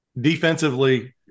Defensively